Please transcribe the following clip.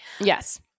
yes